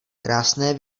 krásné